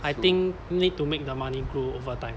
I think need to make the money grow over time